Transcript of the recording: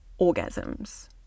orgasms